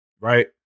Right